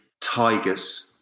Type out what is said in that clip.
tigers